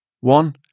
One